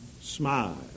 smile